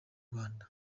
rwanda